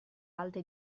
alta